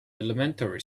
elementary